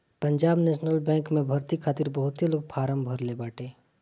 Punjab national bank में भर्ती खातिर बहुते लोग फारम भरले बाटे